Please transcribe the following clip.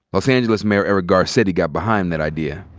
los angeles mayor, eric garcetti, got behind that idea.